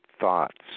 thoughts